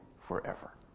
forever